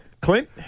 Clint